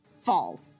fall